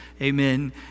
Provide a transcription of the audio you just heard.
amen